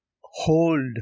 hold